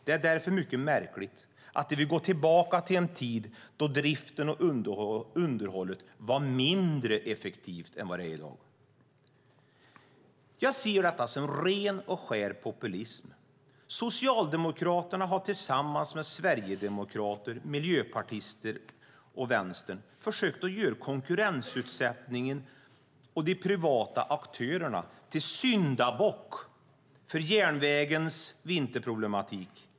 Det är därför mycket märkligt att de vill gå tillbaka till en tid då driften och underhållet var mindre effektivt än vad det är i dag. Jag ser detta som ren och skär populism. Socialdemokraterna har tillsammans med Sverigedemokraterna, Miljöpartiet och Vänstern försökt göra konkurrensutsättningen och de privata aktörerna till syndabock för järnvägens vinterproblematik.